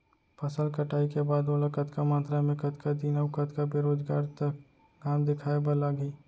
फसल कटाई के बाद ओला कतका मात्रा मे, कतका दिन अऊ कतका बेरोजगार तक घाम दिखाए बर लागही?